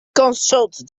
consulted